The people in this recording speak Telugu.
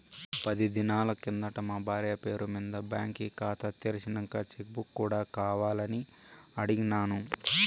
పది దినాలు కిందట మా బార్య పేరు మింద బాంకీ కాతా తెర్సినంక చెక్ బుక్ కూడా కావాలని అడిగిన్నాను